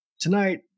tonight